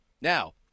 Now